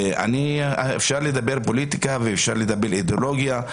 ואני אפשר לדבר פוליטיקה ואפשר לדבר אידיאולוגיה.